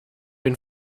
ihn